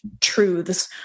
truths